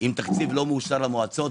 עם תקציב לא מאושר למועצות,